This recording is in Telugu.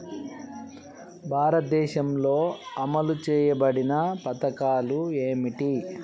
భారతదేశంలో అమలు చేయబడిన పథకాలు ఏమిటి?